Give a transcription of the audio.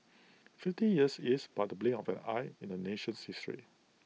fifty years is but the blink of an eye in A nation's history